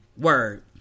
Word